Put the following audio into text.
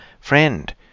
Friend